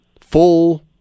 full